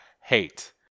Hate